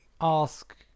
ask